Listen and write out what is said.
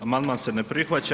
Amandman se ne prihvaća.